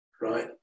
right